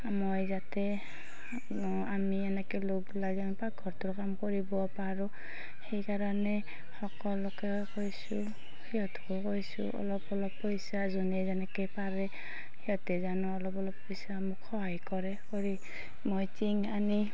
মই যাতে আমি এনেকৈ লগ লাগাৰ পৰা ঘৰটোৰ কাম কৰিব পাৰোঁ সেইকাৰণে সকলোকে কৈছোঁ সিহঁতকো কৈছোঁ অলপ অলপ পইচা যোনে যেনেকৈ পাৰে সিহঁতে জানোঁ অলপ অলপ পইচা মোক সহায় কৰে কৰি মই টিঙ আনি